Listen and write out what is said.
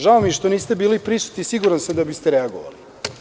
Žao mi je što niste bili prisutni, siguran sam da biste reagovali.